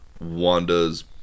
wanda's